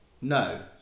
No